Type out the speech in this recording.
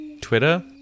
Twitter